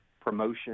promotion